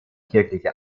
kirchliche